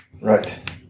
Right